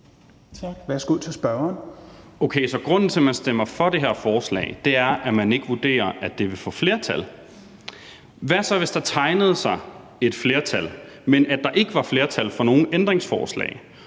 grunden til, at man stemmer for det her forslag, er, at man ikke vurderer, at det vil få flertal. Hvad så hvis der tegnede sig et flertal, men der ikke var flertal for nogen ændringsforslag,